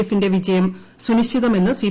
എഫിന്റെ വിജയം സുനിശ്ചിതമെന്ന് സി